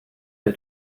der